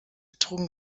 trugen